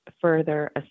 further